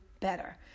better